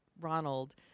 Ronald